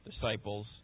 disciples